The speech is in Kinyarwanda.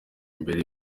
imbere